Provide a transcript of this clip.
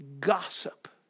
gossip